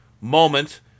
moment